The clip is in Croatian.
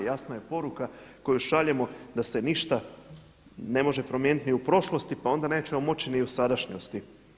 Jasna je poruka koju šaljemo da se ništa ne može promijeniti ni u prošlosti, pa onda nećemo moći ni u sadašnjosti.